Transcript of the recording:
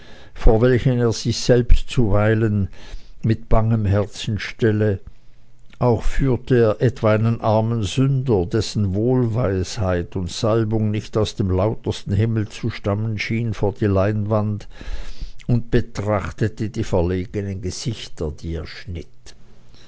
vor welchen er sich selbst zuweilen mit bangem herzen stelle auch führte er etwa einen armen sünder dessen wohlweisheit und salbung nicht aus dem lautersten himmel zu stammen schien vor die leinwand und beobachtete die verlegenen gesichter die er schnitt